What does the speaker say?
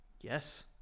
Yes